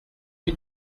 lui